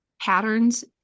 patterns